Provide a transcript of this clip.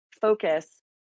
focus